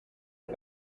ati